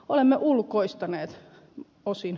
olemme osin ulkoistaneet vanhukset